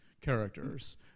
characters